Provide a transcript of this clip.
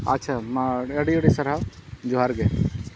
ᱟᱪᱪᱷᱟ ᱢᱟ ᱟᱹᱰᱤ ᱟᱹᱰᱤ ᱥᱟᱨᱦᱟᱣ ᱡᱚᱦᱟᱨᱜᱮ